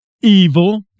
evil